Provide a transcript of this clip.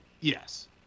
Yes